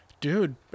dude